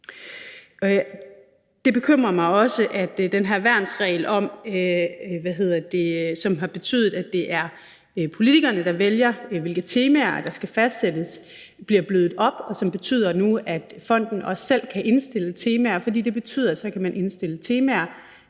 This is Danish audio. Det bekymrer mig også, at den her værnsregel, som har betydet, at det er politikerne, der vælger, hvilke temaer der skal fastsættes, bliver blødet op, og som nu betyder, at fonden også selv kan indstille temaer. For det betyder, at så kan man indstille temaer,